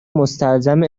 مستلزم